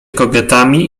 kobietami